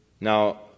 Now